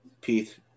Pete